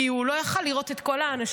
כי הוא לא היה יכול לראות את כל האנשים.